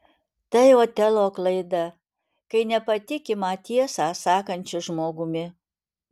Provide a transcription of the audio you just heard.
tai otelo klaida kai nepatikima tiesą sakančiu žmogumi